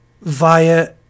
via